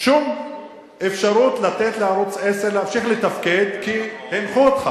שום אפשרות לתת לערוץ-10 להמשיך לתפקד כי הנחו אותך.